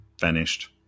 vanished